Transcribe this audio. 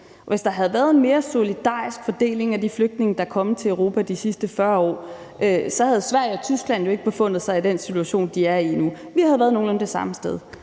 Hvis der havde været en mere solidarisk fordeling af de flygtninge, der er kommet til Europa de sidste 40 år, havde Sverige og Tyskland jo ikke befundet sig i den situation, de er i nu. Vi havde alle været nogenlunde det samme sted.